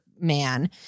man